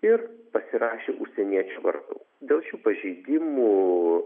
ir pasirašė užsieniečio vardu dėl šių pažeidimų